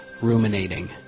ruminating